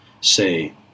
say